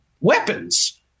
weapons